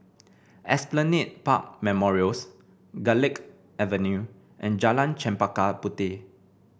Esplanade Park Memorials Garlick Avenue and Jalan Chempaka Puteh